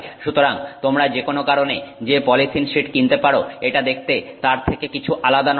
সুতরাং তোমরা যেকোনো কারণে যে পলিথিন শিট কিনতে পারো এটা দেখতে তার থেকে কিছু আলাদা নয়